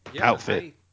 outfit